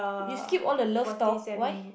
you skip all the loves talk why